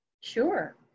Sure